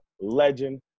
legend